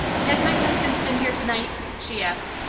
has my husband been here to-night? she asked.